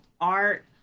art